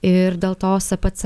ir dėl to spc